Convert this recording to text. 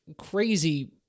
crazy